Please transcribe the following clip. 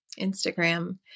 Instagram